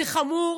זה חמור.